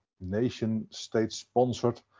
nation-state-sponsored